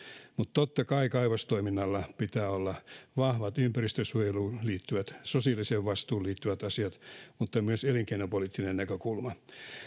totta kai kaivostoiminnalla pitää olla vahvat ympäristönsuojeluun liittyvät sosiaaliseen vastuuseen liittyvät asiat mutta myös elinkeinopoliittinen näkökulma